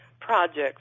projects